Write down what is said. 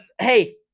Hey